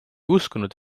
uskunud